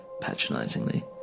patronizingly